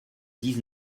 dix